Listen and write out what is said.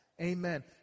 Amen